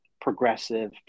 progressive